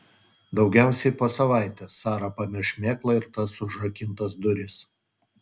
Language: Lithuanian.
daugiausiai po savaitės sara pamirš šmėklą ir tas užrakintas duris